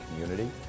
community